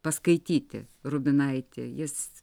paskaityti rubinaitį jis